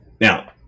Now